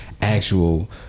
actual